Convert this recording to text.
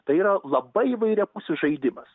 tai yra labai įvairiapusis žaidimas